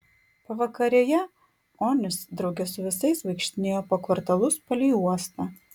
pavakarėje onis drauge su visais vaikštinėjo po kvartalus palei uostą